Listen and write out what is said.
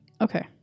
Okay